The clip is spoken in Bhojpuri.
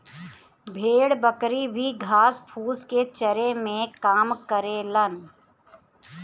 भेड़ बकरी भी घास फूस के चरे में काम करेलन